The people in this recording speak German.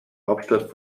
hauptstadt